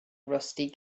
rusty